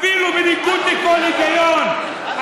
אפילו בניגוד לכל היגיון,